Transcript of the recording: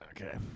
Okay